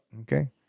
Okay